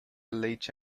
leite